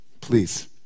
Please